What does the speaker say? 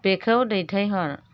बेखौ दैथायहर